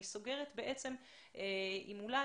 אני סוגרת עם ציון.